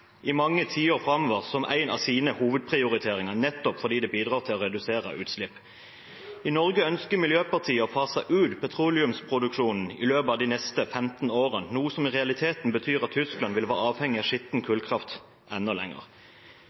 i mange tiår framover som en av sine hovedprioriteringer nettopp fordi det bidrar til å redusere utslipp. I Norge ønsker Miljøpartiet å fase ut petroleumsproduksjonen i løpet av de neste 15 årene, noe som i realiteten betyr at Tyskland vil være avhengig av skitten kullkraft enda lenger.